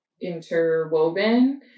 interwoven